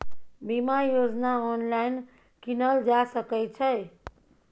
बीमा योजना ऑनलाइन कीनल जा सकै छै?